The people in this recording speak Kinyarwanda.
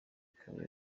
kubera